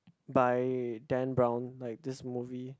by Dan Brown like this movie